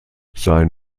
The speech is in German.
sein